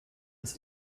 das